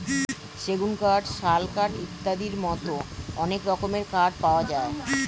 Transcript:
সেগুন কাঠ, শাল কাঠ ইত্যাদির মতো অনেক রকমের কাঠ পাওয়া যায়